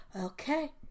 okay